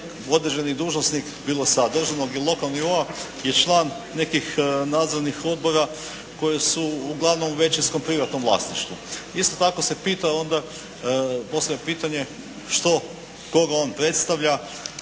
određeni dužnosnik bilo sa državnom i lokalni OA je član nekih nadzornih odbora koji su uglavnom u većinskom privatnom vlasništvu. Isto tako se pita onda, postavlja pitanje što, koga on predstavlja